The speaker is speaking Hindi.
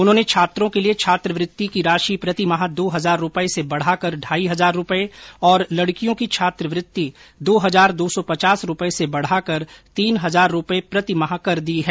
उन्होंने छात्रों के लिए छात्रवृत्ति की राशि प्रति माह दो हजार रूपये से बढ़ा कर ढाई हजार रूपये और लड़कियों की छात्रवृत्ति दो हजार दो सौ पचास रूपये से बढ़ाकर तीन हजार रूपये प्रति माह कर दी है